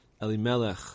Elimelech